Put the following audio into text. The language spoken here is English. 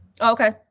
okay